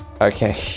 Okay